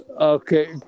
Okay